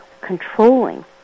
controlling